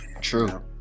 True